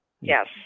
Yes